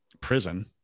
prison